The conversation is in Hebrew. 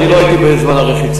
אני לא הייתי בזמן הרחיצה.